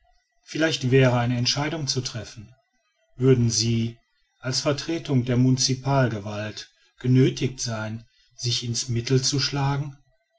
vielleicht eine entscheidung zu treffen würden sie als vertretung der municipalgewalt genöthigt sein sich in's mittel zu schlagen